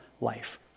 life